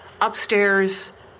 upstairs